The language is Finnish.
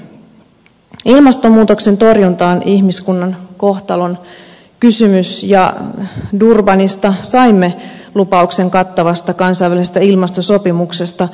ilmastonmuutoksen torjunta on ihmiskunnan kohtalonkysymys ja durbanista saimme lupauksen kattavasta kansainvälisestä ilmastosopimuksesta